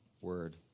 word